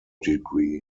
degree